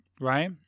right